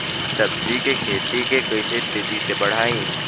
सब्जी के खेती के कइसे तेजी से बढ़ाई?